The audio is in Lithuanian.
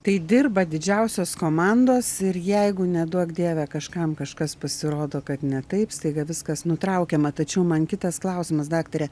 tai dirba didžiausios komandos ir jeigu neduok dieve kažkam kažkas pasirodo kad ne taip staiga viskas nutraukiama tačiau man kitas klausimas daktare